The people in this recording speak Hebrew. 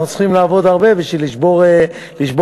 צריכים לעבוד הרבה בשביל לשבור שיאים.